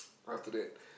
after that